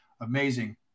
amazing